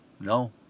No